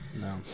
No